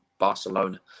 Barcelona